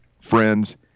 friends